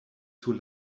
sur